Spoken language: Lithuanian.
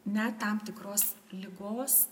net tam tikros ligos